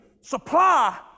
supply